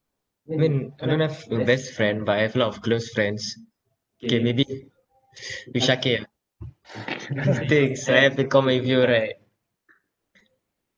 I mean I don't have best friend but I have a lot of close friends K maybe with shaqir ah I think so I've to com~ with you right